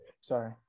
sorry